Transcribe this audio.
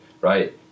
right